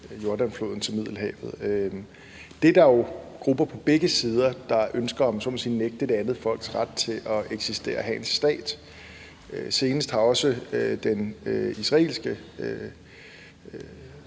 Jordanfloden til Middelhavet. Der er jo grupper på begge sider, der ønsker, om jeg så må sige, at nægte det andet folks ret til at eksistere og have en stat. Senest har også den israelske